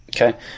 okay